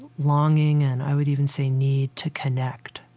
longing and i would even say need to connect.